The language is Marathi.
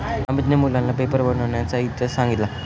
अमितने मुलांना पेपर बनविण्याचा इतिहास सांगितला